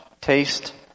taste